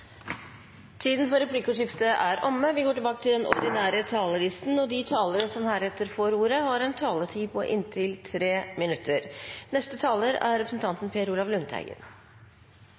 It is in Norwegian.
er omme. De talere som heretter får ordet, har en taletid på inntil 3 minutter.